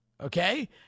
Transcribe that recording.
okay